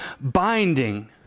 binding